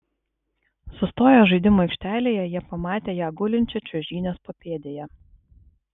sustoję žaidimų aikštelėje jie pamatė ją gulinčią čiuožynės papėdėje